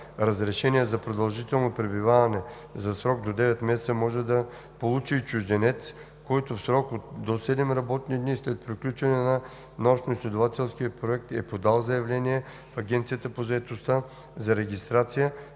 „Разрешение за продължително пребиваване за срок до 9 месеца може да получи и чужденец, който в срок до 7 работни дни след приключване на научноизследователски проект е подал заявление в Агенцията по заетостта за регистрация